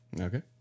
okay